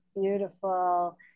Beautiful